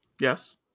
yes